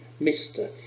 Mr